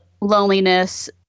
loneliness